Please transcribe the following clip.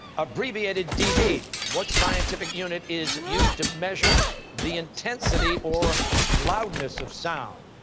abbreviated db, what scientific unit is used to measure the intensity or loudness of sound?